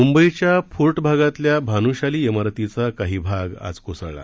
मुंबईच्या फोर्ट भागातल्या भानुशाली इमारतीचा काही भाग आज कोसळला